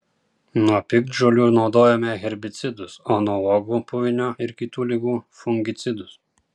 nuo piktžolių naudojome herbicidus o nuo uogų puvinio ir kitų ligų fungicidus